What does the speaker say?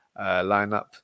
lineup